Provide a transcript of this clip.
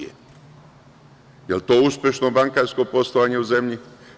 Jel to uspešno bankarsko poslovanje u zemlji?